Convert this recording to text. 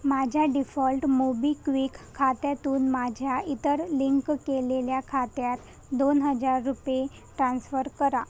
माझ्या default MobiKwik खात्यातून माझ्या इतर लिंक केलेल्या खात्यात दोन हजार रुपे ट्रान्स्फर करा